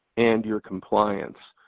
and your compliance.